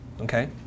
okay